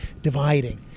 dividing